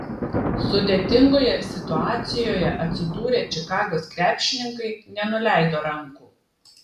sudėtingoje situacijoje atsidūrę čikagos krepšininkai nenuleido rankų